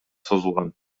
созулган